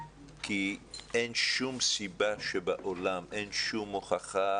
כי אין שום סיבה שבעולם, אין שום הוכחה